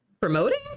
promoting